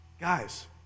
guys